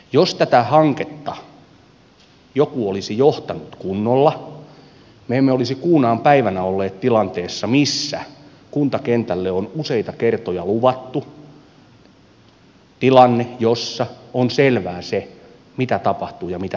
jos tätä hanketta joku olisi johtanut kunnolla me emme olisi kuuna päivänä olleet tilanteessa missä kuntakentälle on useita kertoja luvattu tilanne jossa on selvää se mitä tapahtuu ja mitä tullaan tekemään